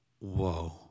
whoa